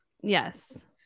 Yes